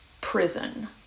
prison